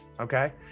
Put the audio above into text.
okay